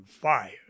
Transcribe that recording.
fire